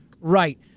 right